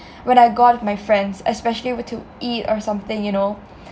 when I go out with my friends especially with to eat or something you know